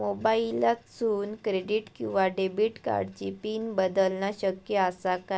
मोबाईलातसून क्रेडिट किवा डेबिट कार्डची पिन बदलना शक्य आसा काय?